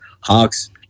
Hawks